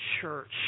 church